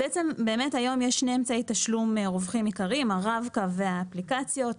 יש שני אמצעי תשלום עיקריים: הרב קו והאפליקציות.